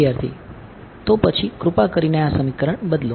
વિદ્યાર્થી તો પછી કૃપા કરીને આ સમીકરણ બદલો